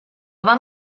vam